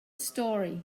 story